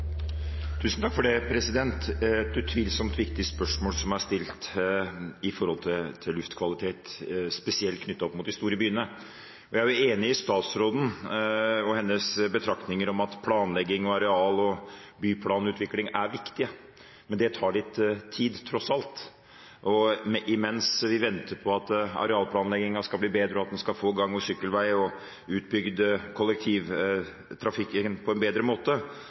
utvilsomt et viktig spørsmål som er stilt om luftkvalitet, spesielt knyttet opp mot de store byene. Jeg er jo enig med statsråden og hennes betraktninger om at planlegging og areal og byplanutvikling er viktig, men det tar tross alt litt tid, og mens vi venter på at arealplanleggingen skal bli bedre, og at en skal få gang- og sykkelvei og få utbygd kollektivtrafikken på en bedre måte,